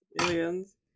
aliens